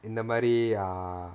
இந்த மாரி:intha maari err